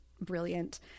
brilliant